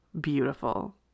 beautiful